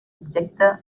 subjecte